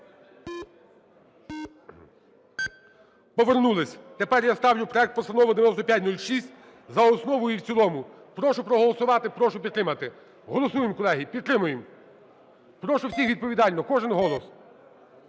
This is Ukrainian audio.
Повернулися. Тепер я ставлю проект Постанови 9506 за основу і в цілому. Прошу проголосувати, прошу підтримати. Голосуємо, колеги, підтримуємо. Прошу всіх відповідально, кожен голос.